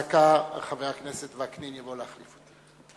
(חברי הכנסת מכבדים בקימה את צאת נשיא המדינה מאולם